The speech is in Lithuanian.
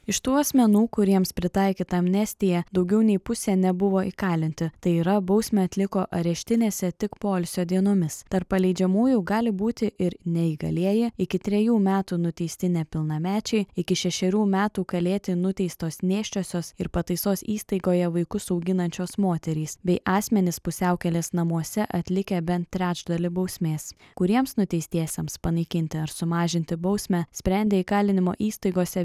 iš tų asmenų kuriems pritaikyta amnestija daugiau nei pusė nebuvo įkalinti tai yra bausmę atliko areštinėse tik poilsio dienomis tarp paleidžiamųjų gali būti ir neįgalieji iki trejų metų nuteisti nepilnamečiai iki šešerių metų kalėti nuteistos nėščiosios ir pataisos įstaigoje vaikus auginančios moterys bei asmenys pusiaukelės namuose atlikę bent trečdalį bausmės kuriems nuteistiesiems panaikinti ar sumažinti bausmę sprendė įkalinimo įstaigose